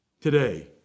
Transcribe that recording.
today